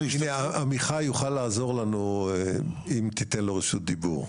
עמיחי יוכל לעזור לנו אם תיתן לו רשות דיבור.